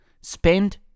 Spend